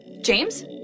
James